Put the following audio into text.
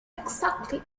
exactly